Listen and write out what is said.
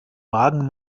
wagen